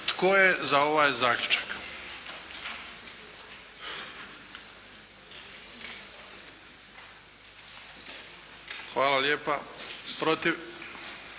Tko je za ovaj zaključak? Hvala lijepa.